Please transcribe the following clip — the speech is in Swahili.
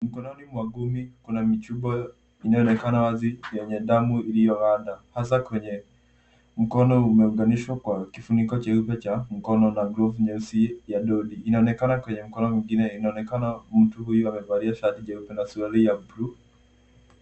Mikononi mwa ngumi kuna michuba inayoonekana wazi yenye damu iliyoganda hasa kwenye mkono umeunganishwa kwa kifuniko cheupe cha mkono wa glovu nyeusi ya dondi. Inaonekana- Kwenye mkono mwingine inaonekana mtu huyu amevalia shati jeupe na suruali ya bluu.